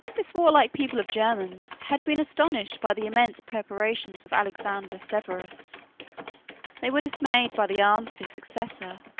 this warlike people of germans had been astonished by the immense preparations of alexander severus they were dismayed by the arms of his successor,